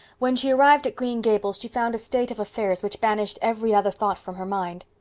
when she arrived at green gables she found a state of affairs which banished every other thought from her mind.